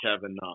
Kevin